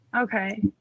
okay